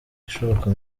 ishoboka